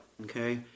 Okay